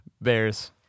Bears